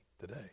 today